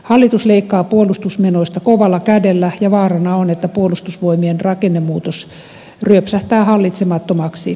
hallitus leikkaa puolustusmenoista kovalla kädellä ja vaarana on että puolustusvoimien rakennemuutos ryöpsähtää hallitsemattomaksi